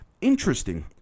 Interesting